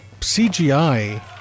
CGI